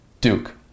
Duke